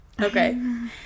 okay